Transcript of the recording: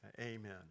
amen